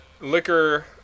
liquor